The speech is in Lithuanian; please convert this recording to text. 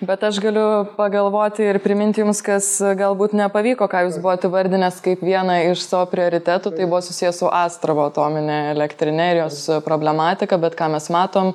bet aš galiu pagalvoti ir priminti jums kas galbūt nepavyko ką jūs buvot įvardinęs kaip vieną iš savo prioritetų tai buvo susiję su astravo atomine elektrine ir jos problematika bet ką mes matom